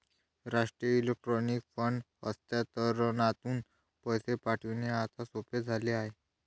राष्ट्रीय electronic fund हस्तांतरणातून पैसे पाठविणे आता सोपे झाले आहे